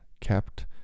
kept